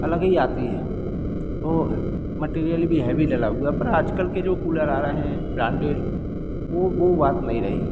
अलग ही आती है ओह मटीरियल भी हैवी डला हुआ है पर आजकल के जो कूलर आ रहे हैं ब्रांडेड वो वो बात नहीं रही